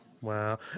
wow